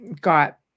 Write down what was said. got